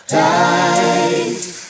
life